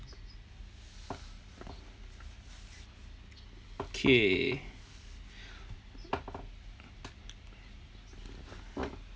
okay